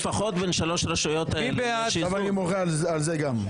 לפחות בין שלוש הרשויות האלה --- אני מוחה על זה גם.